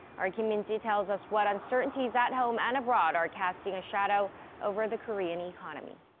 our kim min-ji tells us what uncertainties at home and abroad are casting a shadow over the korean economy.